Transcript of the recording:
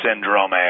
Syndrome